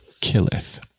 killeth